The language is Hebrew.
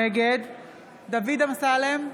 נגד דוד אמסלם,